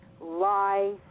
lie